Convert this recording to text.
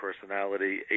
personality